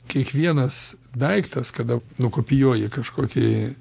kiekvienas daiktas kada nukopijuoja kažkokį